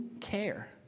care